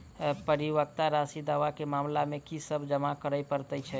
परिपक्वता राशि दावा केँ मामला मे की सब जमा करै पड़तै छैक?